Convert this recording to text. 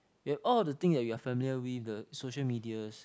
we have all of the thing you are familiar with the social medias